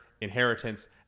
Inheritance